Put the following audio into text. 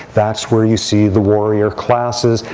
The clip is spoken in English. that's where you see the warrior classes.